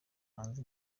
hanze